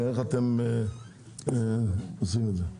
ואיך אתם עושים את זה.